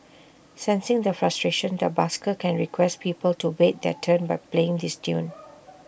sensing the frustration the busker can request people to wait their turn by playing this tune